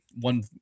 one